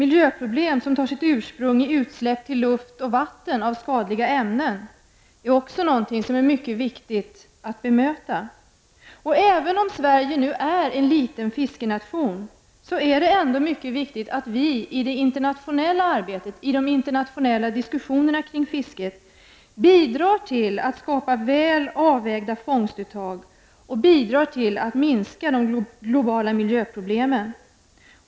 Miljöproblem som har sitt ursprung i utsläpp av skadliga ämnen till luft och vatten är det också mycket viktigt att bekämpa. Även om Sverige nu är en liten fiskenation, är det ändå mycket viktigt att vi i det internationella arbetet, i de internationella diskussionerna kring fisket, bidrar till att skapa väl avvägda fångstuttag och bidrar till att minska de globala miljöproblemen.